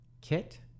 Kit